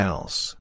Else